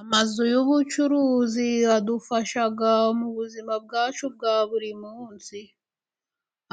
Amazu y'ubucuruzi adufasha mu buzima bwacu bwa buri munsi,